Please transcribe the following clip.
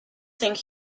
think